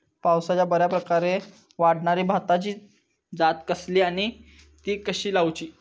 पावसात बऱ्याप्रकारे वाढणारी भाताची जात कसली आणि ती कशी लाऊची?